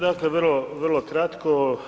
Dakle vrlo kratko.